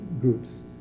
groups